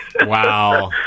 Wow